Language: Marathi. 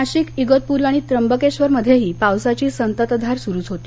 नाशिक इगतपुरी आणि त्र्यंबकेश्वरमध्येही पावसाची संततधार सुरूच होती